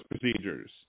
procedures